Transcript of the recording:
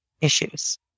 issues